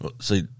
See